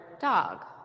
dog